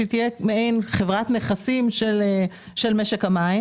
שתהיה מעין חברת נכסים של משק המים.